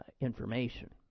information